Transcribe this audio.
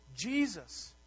Jesus